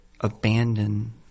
abandon